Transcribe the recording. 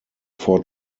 four